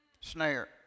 snare